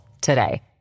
today